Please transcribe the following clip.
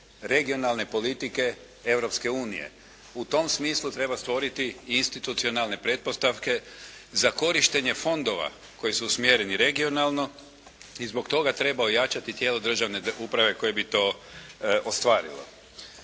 regionalne politike Europske unije. U tom smislu treba stvoriti institucionalne pretpostavke za korištenje fondova koji su usmjereni regionalno i zbog toga treba ojačati tijelo državne uprave koje bi to ostvarilo.